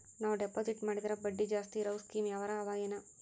ನಾವು ಡೆಪಾಜಿಟ್ ಮಾಡಿದರ ಬಡ್ಡಿ ಜಾಸ್ತಿ ಇರವು ಸ್ಕೀಮ ಯಾವಾರ ಅವ ಏನ?